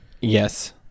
Yes